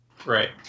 Right